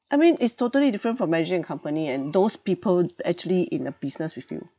I mean it's totally different from managing a company and those people actually in a business with you